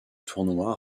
tournoi